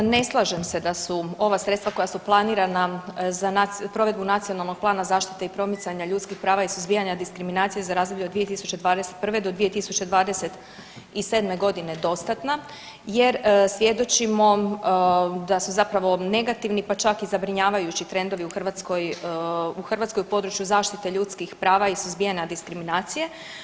Ne slažem se da su ova sredstva koja su planirana za provedbu Nacionalnog plana zaštite i promicanje ljudskih prava i suzbijanje diskriminacije za razdoblje od 2021. do 2027.godine dostatna, jer svjedočimo da su zapravo negativni, pa čak i zabrinjavajući trendovi u Hrvatskoj, u Hrvatskoj u području zaštite ljudskih prava i suzbijanja diskriminacije.